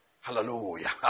Hallelujah